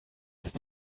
ist